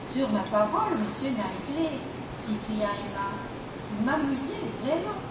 sur ma parole monsieur knightley s'écria emma vous m'amusez vraiment